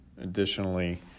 Additionally